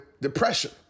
depression